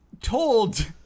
Told